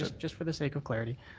ah just for the sake of clarity.